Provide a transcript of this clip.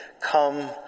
come